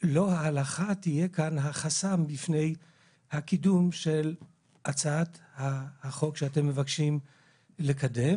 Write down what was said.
שלא ההלכה תהיה כאן החסם בפני הקידום של הצעת החוק שאתם מבקשים לקדם,